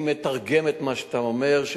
אני מתרגם את מה שאתה אומר,